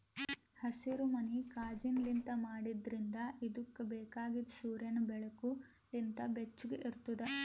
ಹಸಿರುಮನಿ ಕಾಜಿನ್ಲಿಂತ್ ಮಾಡಿದ್ರಿಂದ್ ಇದುಕ್ ಬೇಕಾಗಿದ್ ಸೂರ್ಯನ್ ಬೆಳಕು ಲಿಂತ್ ಬೆಚ್ಚುಗ್ ಇರ್ತುದ್